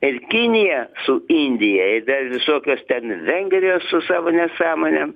ir kinija su indija ir dar visokios ten vengrijos su savo nesąmonėm